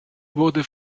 wurde